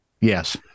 Yes